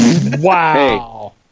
Wow